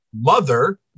mother